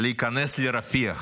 להיכנס לרפיח